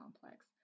complex